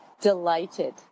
delighted